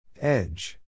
Edge